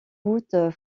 routes